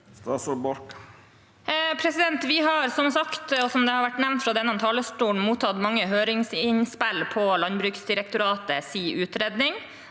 Vi har som sagt, og som det har vært nevnt fra denne talerstolen, mottatt mange høringsinnspill på Landbruksdirektoratets utredning,